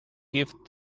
gift